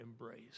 embrace